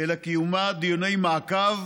אלא קיימה דיוני מעקב